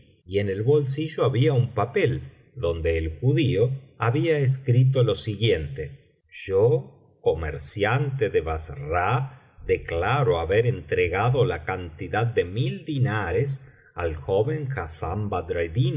y en el bolsillo había un papel donde el judío había escrito lo siguiente yo comerciante de bassra declaro haber entregado la cantidad de mil dinares al joven hassán